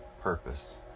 purpose